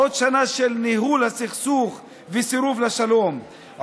עוד שנה של ניהול הסכסוך וסירוב לשלום,